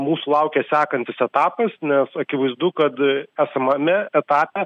mūsų laukia sekantis etapas nes akivaizdu kad esamame etape